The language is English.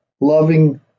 loving